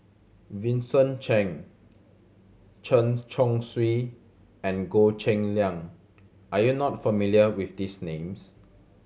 Vincent Cheng Chen Chong Swee and Goh Cheng Liang are you not familiar with these names